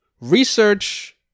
Research